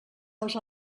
als